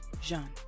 Jean